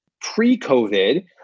Pre-COVID